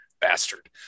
bastard